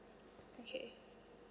okay